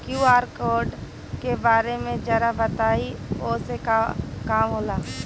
QR code के बारे में जरा बताई वो से का काम होला?